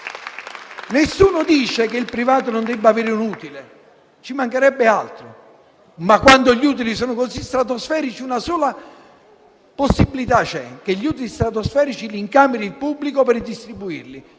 Nessuno dice che il privato non debba avere un utile, ci mancherebbe altro, ma, quando gli utili sono così stratosferici, c'è una sola possibilità, vale a dire che gli utili stratosferici li incameri il pubblico per redistribuirli,